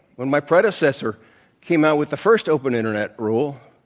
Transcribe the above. when my predecessor came out with the first open internet rule,